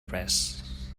press